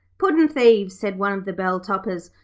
puddin'-thieves, said one of the bell-topperers.